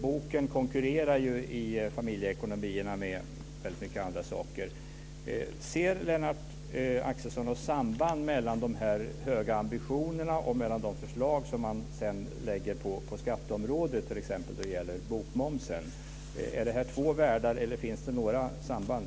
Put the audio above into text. Boken konkurrerar ju i familjeekonomin med väldigt många andra saker. Ser Lennart Axelsson något samband mellan de höga ambitionerna och de förslag som man sedan lägger fram på skatteområdet, t.ex. när det gäller bokmomsen? Är detta två olika världar, eller finns det några samband?